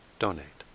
donate